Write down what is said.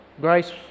Grace